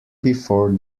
before